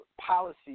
policy